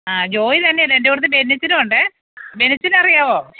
ആ ജോയി തന്നെയല്ല എൻ്റെ കൂട്ടത്തിൽ ബെന്നിച്ചനുമുണ്ട് ബെന്നിച്ചിനെ അറിയാവോ